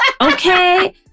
okay